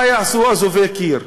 מה יעשו אזובי הקיר?